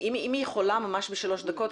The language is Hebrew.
אם היא יכולה ממש בשלוש דקות,